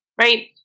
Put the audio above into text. Right